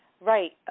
Right